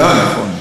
נכון.